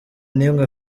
n’imwe